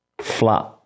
flat